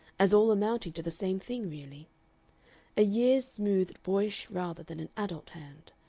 as all amounting to the same thing really a years-smoothed boyish rather than an adult hand.